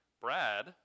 Brad